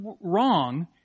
wrong